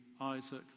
Isaac